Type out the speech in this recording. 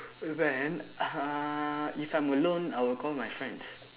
then uh if I'm alone I will call my friends